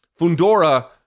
Fundora